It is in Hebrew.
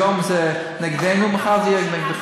היום זה נגדנו, מחר זה יהיה נגדכם.